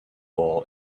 ball